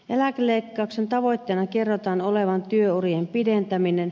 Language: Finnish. eläkeleikkauksen tavoitteena kerrotaan olevan työurien pidentäminen